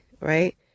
right